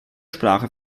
sprache